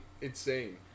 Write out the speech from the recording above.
insane